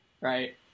right